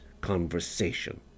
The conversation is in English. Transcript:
conversation